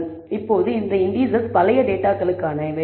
எனவே இப்போது இந்த இண்டீசெஸ் பழைய டேட்டாகளுக்கானவை